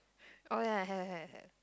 oh ya have have have